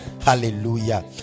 hallelujah